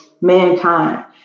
mankind